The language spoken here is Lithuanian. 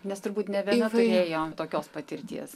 nes turbūt nė viena neturėjo tokios patirties